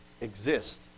exist